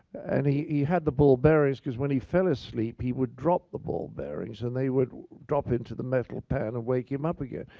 and he he had the ball bearings because when he fell asleep, he would drop the ball bearings and they would drop into the metal pan and wake him up again.